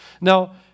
Now